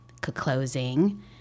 closing